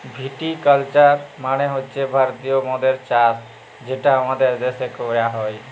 ভিটি culture মালে হছে ভারতীয় মদের চাষ যেটা আমাদের দ্যাশে ক্যরা হ্যয়